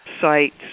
sites